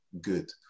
good